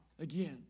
again